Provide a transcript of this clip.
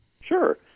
Sure